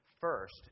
First